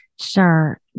Sure